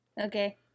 Okay